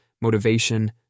motivation